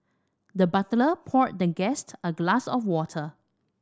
the butler poured the guest a glass of water